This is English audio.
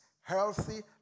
healthy